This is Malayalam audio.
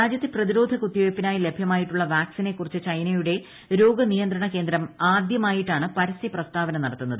രാജ്യത്തെ പ്രതിരോധ കുത്തിവയ്പ്പിനായി ലഭ്യമായിട്ടുള്ള വാക്സിനെക്കുറിച്ച് ചൈനയുടെ രോഗനിയന്ത്രണ കേന്ദ്രം ആദ്യമായിട്ടാണ് പരസ്യ പ്രസ്താവന നടത്തുന്നത്